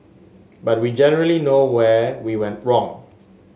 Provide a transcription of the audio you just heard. but we generally know where we went wrong